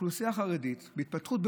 האוכלוסייה החרדית בהתפתחות,